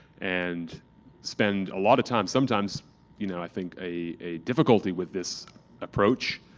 and spend a lot of time. sometimes you know i think a difficulty with this approach,